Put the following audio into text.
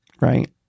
Right